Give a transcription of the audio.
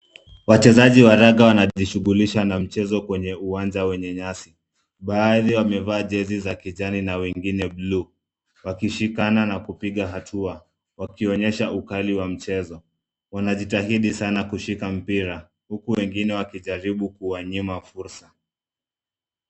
Wachezaji wa raga wanajishughulisha na mchezo kwenye uwanja wenye nyasi. Baadhi wamevaa jezi za kijani na nwengine blue. Wakishikana na kupiga hatua. Wakionyesha ukali wa mchezo. Wanajitahidi sana kushika mpira. Huku wengine wakijaribu kuwanyima fursa.